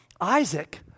Isaac